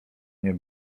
nie